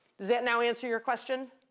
does it now answer your question?